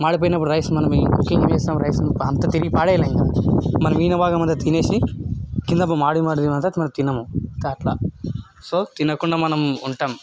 మాడిపోయినప్పుడు rice మనం cooking చేసినప్పుడు రైస్ను అంత తిరిగి పాడేయలేంగా మన మిగిలిన భాగం అంత తినేసి కింద మాడిన భాగం మనం తినము ఇంకా అట్లా సో తినకుండా మనం ఉంటాం